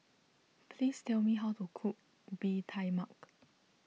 please tell me how to cook Bee Tai Mak